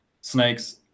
snakes